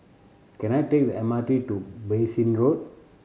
can I take the M R T to Bassein Road